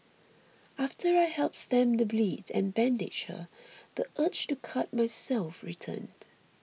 after i helped stem the bleed and bandaged her the urge to cut myself returned